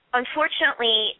unfortunately